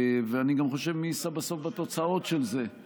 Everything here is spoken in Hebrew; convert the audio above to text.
ואני גם חושב שמי יישא בסוף בתוצאות של זה יושב לידך,